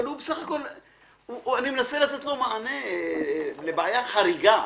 בסך הכול, אני מנסה לתת לו מענה לבעיה חריגה.